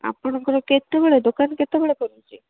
ଆପଣଙ୍କର କେତେବେଳେ ଦୋକାନ କେତେବେଳେ ଖୋଲୁଛି